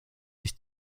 sich